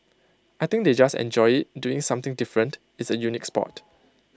I think they just enjoy doing something different it's A unique Sport